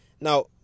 Now